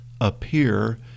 appear